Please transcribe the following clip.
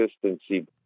consistency